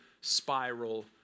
spiral